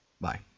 Bye